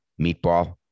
meatball